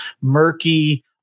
murky